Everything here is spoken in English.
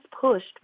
pushed